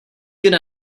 good